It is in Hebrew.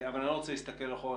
אבל אני לא רוצה להסתכל אחורה.